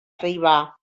riba